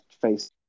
face